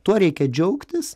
tuo reikia džiaugtis